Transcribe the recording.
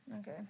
Okay